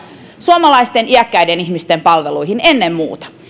suomalaisten iäkkäiden ihmisten palveluihin ennen muuta